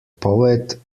poet